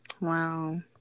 Wow